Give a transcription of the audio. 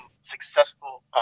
successful